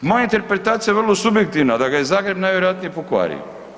Moja je interpretacija vrlo subjektivna, da ga je Zagreb najvjerojatnije pokvario.